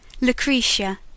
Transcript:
Lucretia